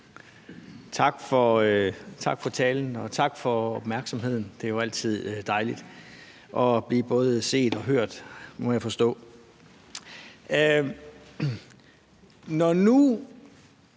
Tak for talen, og tak for opmærksomheden. Det er jo altid dejligt at blive både set og hørt, må jeg forstå.